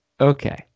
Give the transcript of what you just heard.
Okay